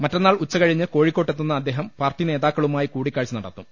മറ്റന്നാൾ ഉച്ചകഴിഞ്ഞ് കോഴിക്കോട്ടെത്തുന്ന അദ്ദേഹം പാർട്ടി നേതാക്കളുമായി കൂടിക്കാഴ്ച നടത്തും